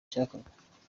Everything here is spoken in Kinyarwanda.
cyakorwa